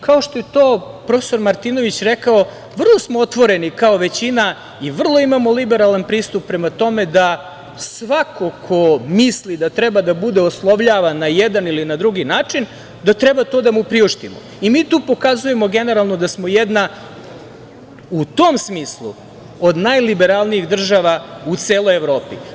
Kao što je to profesor Martinović rekao, vrlo smo otvoreni kao većina i vrlo imamo liberalan pristup prema tome da svako ko misli da treba da bude oslovljavan na jedan ili na drugi način da treba to da mu priuštimo i mi tu pokazujemo generalno da smo jedna u tom smislu od najliberalnijih država u celoj Evropi.